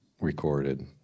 recorded